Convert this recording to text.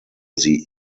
sie